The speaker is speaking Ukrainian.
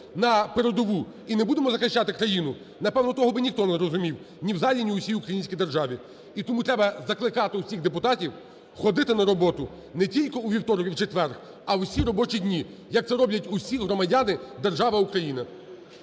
на передову і не будемо захищати країну, напевно, того би ніхто не зрозумів ні в залі, ні в усій українській державі. І тому треба закликати всіх депутатів ходити на роботу не тільки у вівторок і четвер, а в усі робочі дні, як це роблять всі громадяни держави України.